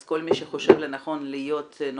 אז כל מי שחושב לנכון להיות נוכח,